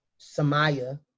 Samaya